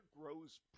grows